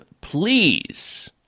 please